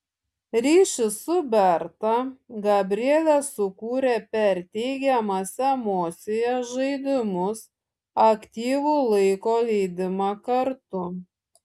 ryšį su berta gabrielė sukūrė per teigiamas emocijas žaidimus aktyvų laiko leidimą kartu